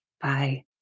Bye